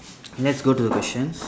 let's go to the questions